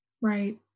Right